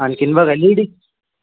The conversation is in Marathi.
आणखी बघा लेडीज